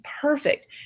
perfect